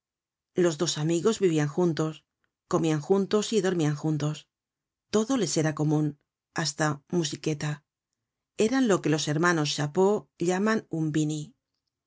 los dos amigos vivian juntos comian juntos y dormian juntos todo les era comun hasta musichetta eran lo que los hermanos chapeaux llaman un bini